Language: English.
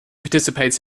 participates